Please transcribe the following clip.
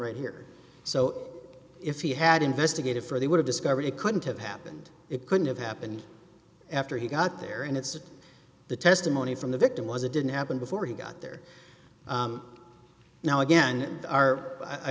right here so if he had investigated for they would have discovered it couldn't have happened it couldn't have happened after he got there and it's just the testimony from the victim was it didn't happen before he got there now again are i